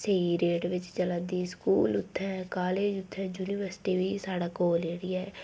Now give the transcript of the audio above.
स्हेई रेट बिच्च चलै दी स्कूल उत्थें कालेज उत्थें यूनिवर्सिटी बी साढ़े कोल जेह्ड़ी ऐ